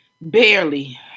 Barely